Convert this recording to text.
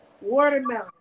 Watermelon